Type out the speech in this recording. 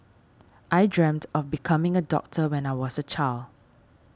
I dreamt of becoming a doctor when I was a child